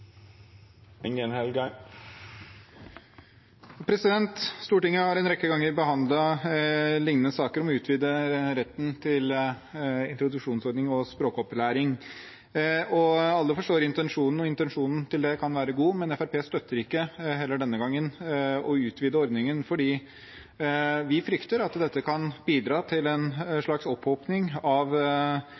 Stortinget har en rekke ganger behandlet lignende saker, om å utvide retten til introduksjonsordning og språkopplæring. Alle forstår intensjonen med dette, og intensjonen kan være god, men Fremskrittspartiet støtter heller ikke denne gangen å utvide ordningen, fordi vi frykter at dette kan bidra til en slags opphopning av